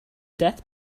death